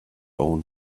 own